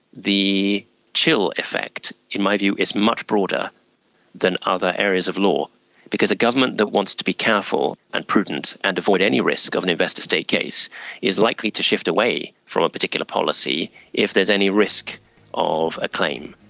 the chill effect, in my view, is much broader than other areas of law because a government that wants to be careful and prudent and avoid any risk of an investor-state case is likely to shift away from a particular policy if there's any risk of a claim.